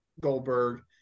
goldberg